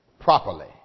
properly